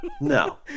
No